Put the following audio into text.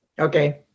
Okay